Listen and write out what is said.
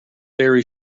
very